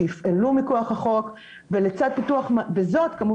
שיופעלו מכוח החוק וזאת כמובן,